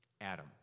Adam